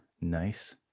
Nice